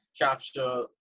capture